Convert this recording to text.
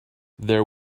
there